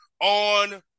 on